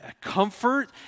comfort